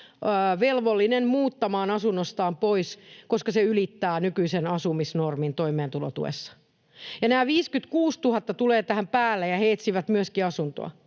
velvollinen muuttamaan asunnostaan pois, koska se ylittää nykyisen asumisnormin toimeentulotuessa. Nämä 56 000 tulevat tähän päälle, ja he etsivät myöskin asuntoa,